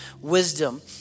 wisdom